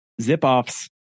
zip-offs